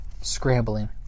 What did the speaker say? scrambling